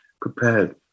prepared